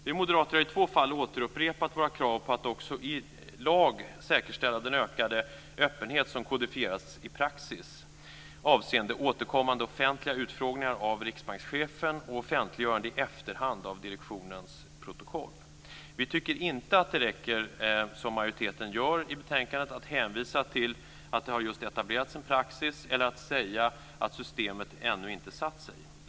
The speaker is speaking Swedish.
Vi moderater har i två fall återupprepat våra krav på att man också i lag ska säkerställa den ökade öppenhet som kodifierats i praxis avseende återkommande offentliga utfrågningar av riksbankschefen och offentliggörande i efterhand av direktionens protokoll. Vi tycker inte att det räcker med att, som majoriteten gör i betänkandet, hänvisa till att det just har etablerats en praxis eller att säga att systemet ännu inte har satt sig.